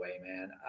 man